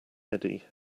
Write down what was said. eddie